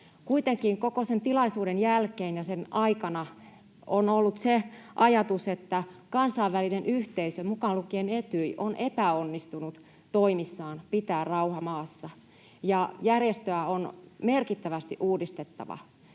Kuitenkin koko sen tilaisuuden jälkeen ja sen aikana on ollut se ajatus, että kansainvälinen yhteisö, mukaan lukien Etyj, on epäonnistunut toimissaan pitää rauha maassa. Järjestöä on merkittävästi uudistettava.